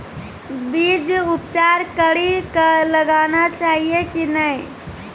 बीज उपचार कड़ी कऽ लगाना चाहिए कि नैय?